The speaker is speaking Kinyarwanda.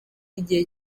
igihe